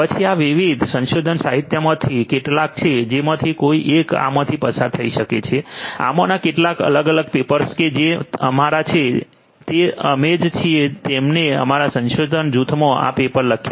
પછી આ વિવિધ સંશોધન સાહિત્યમાંથી કેટલાક છે જેમાંથી કોઈ એક આમાંથી પસાર થઈ શકે છેઆમાંના કેટલાક અલગ અલગ પેપર્સ કે જે અમારા છે તે અમે જ છીએ જેમણે અમારા સંશોધન જૂથમાં આ પેપર લખ્યા છે